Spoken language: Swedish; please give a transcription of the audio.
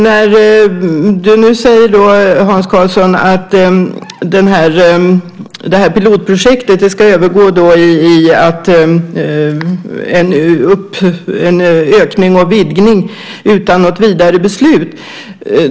Nu säger Hans Karlsson att pilotprojektet ska övergå i en ökning och vidgning utan något vidare beslut.